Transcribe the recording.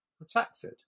protected